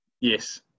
Yes